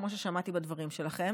כמו ששמעתי בדברים שלכם.